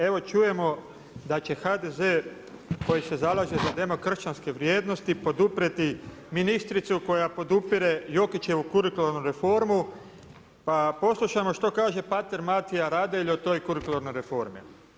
Evo čujemo da će HDZ koji se zalaže za demokršćanske vrijednosti poduprijeti ministricu koja podupire Jokićevu kurikuralnu reformu, pa poslušajmo što kaže pater Marija Radelj o toj kurikuralnoj reformi.